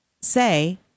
say—